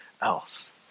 else